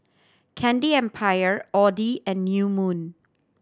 Candy Empire Audi and New Moon